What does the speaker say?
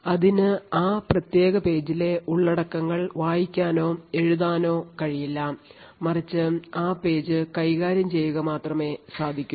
അതിന് ആ പ്രത്യേക പേജിലെ ഉള്ളടക്കങ്ങൾ വായിക്കാനോ എഴുതാനോ കഴിയില്ല മറിച്ച് ആ പേജ് കൈകാര്യം ചെയ്യുക മാത്രമേ സാധിക്കൂ